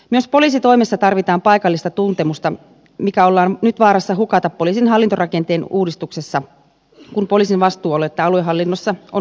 myös poliisitoimessa tarvitaan paikallista tuntemusta mikä ollaan nyt vaarassa hukata poliisin hallintorakenteen uudistuksessa kun poliisin vastuualuetta aluehallinnossa on muutettu